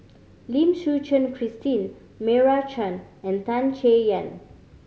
Lim Suchen Christine Meira Chand and Tan Chay Yan